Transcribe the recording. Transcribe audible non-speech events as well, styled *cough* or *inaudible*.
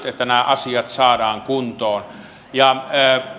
*unintelligible* että nämä asiat saadaan kuntoon